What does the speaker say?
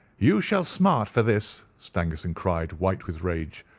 you shall smart for this! stangerson cried, white with rage.